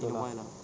betul lah